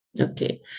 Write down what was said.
okay